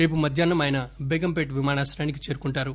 రేపు మధ్యాహ్నం ఆయన బేగంపేట్ విమానాశ్రయానికి చేరుకుంటారు